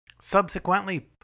Subsequently